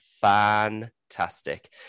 fantastic